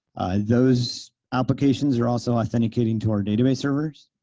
those applications are also authenticating to our database servers,